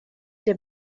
der